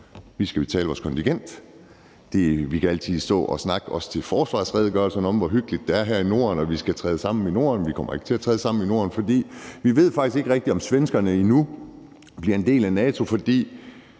Vi skal betale vores kontingent. Vi kan altid stå og snakke, også til forsvarsredegørelserne, om, hvor hyggeligt det er her i Norden, og at vi skal træde sammen i Norden. Vi kommer ikke til at træde sammen i Norden, for vi ved faktisk ikke rigtig endnu, om svenskerne bliver en del af NATO, for